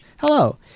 Hello